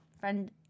Friend